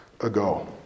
ago